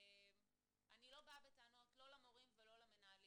אני לא באה בטענות לא למורים ולא למנהלים.